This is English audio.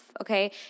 okay